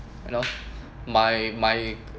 you know my my